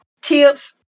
Tips